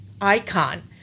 icon